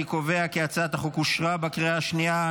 אני קובע כי הצעת החוק אושרה בקריאה השנייה.